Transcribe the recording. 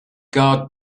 guard